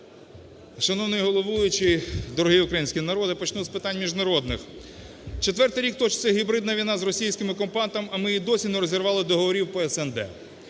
Шановний головуючий, дорогий український народе! Почну з питань міжнародних. Четвертий рік точиться гібридна війна з російським окупантом, а ми і досі не розірвали договорів по СНД.